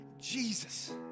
Jesus